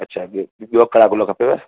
अच्छा ॿियो कहिड़ा गुल खपेव